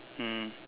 mm